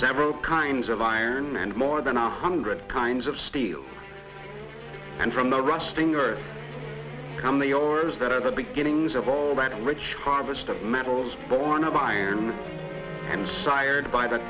several kinds of iron and more than a hundred kinds of steel and from the rusting earth come the ores that are the beginnings of all that rich harvest of metals borne of iron and